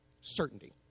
certainty